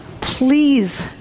Please